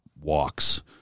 walks